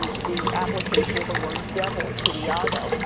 um the application of the word devil to iago,